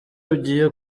ugiye